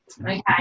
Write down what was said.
Okay